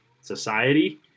society